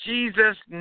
Jesus